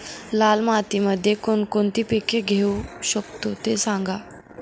लाल मातीमध्ये कोणकोणती पिके घेऊ शकतो, ते सांगा